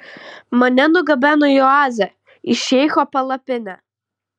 mane nugabeno į oazę į šeicho palapinę